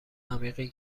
عمیقی